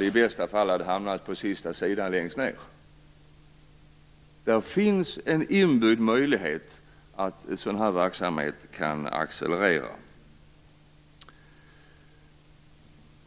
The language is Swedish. i bästa fall hamnat på sista sidan längst ned. Det finns en inbyggd möjlighet att sådan här verksamhet kan accelerera.